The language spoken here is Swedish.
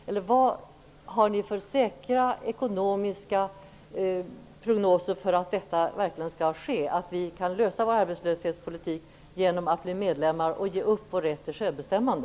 Vad har regeringen för säkra ekonomiska prognoser som säger att vi verkligen kan lösa våra arbetslöshetsproblem genom att bli medlemmar och ge upp vår rätt till självbestämmande?